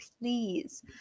please